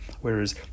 whereas